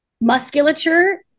musculature